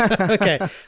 okay